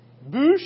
Bush